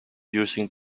using